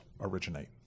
originate